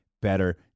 better